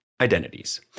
identities